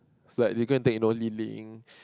it's like legal and take no living